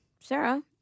Sarah